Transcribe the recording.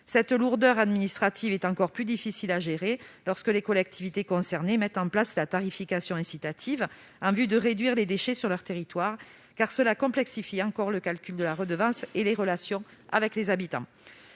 Cette lourdeur administrative est encore plus difficile à gérer lorsque les collectivités concernées mettent en place la tarification incitative en vue de réduire les déchets sur leur territoire, car cela complexifie le calcul de la redevance et les relations avec les habitants.